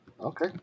Okay